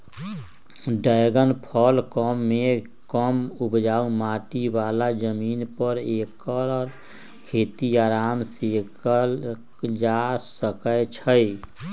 dragon फल कम मेघ कम उपजाऊ माटी बला जमीन पर ऐकर खेती अराम सेकएल जा सकै छइ